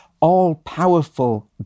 all-powerful